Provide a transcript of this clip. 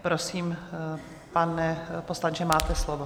Prosím, pane poslanče, máte slovo.